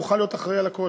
מוכן להיות אחראי לכול,